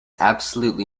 absolutely